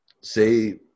say